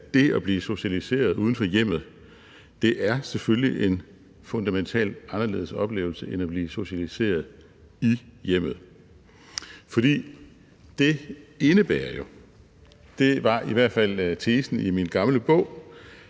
at det at blive socialiseret uden for hjemmet selvfølgelig er en fundamentalt anderledes oplevelse end at blive socialiseret i hjemmet. For det indebærer jo – det var i hvert fald tesen i min gamle bog